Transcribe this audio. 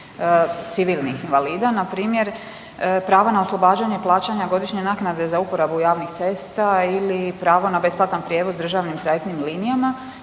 civilnih invalida npr. prava na oslobađanje plaćanja godišnje naknade za uporabu javnih cesta ili pravo na besplatan prijevoz državnim trajektnim linijama.